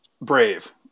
brave